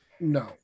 No